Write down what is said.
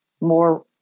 more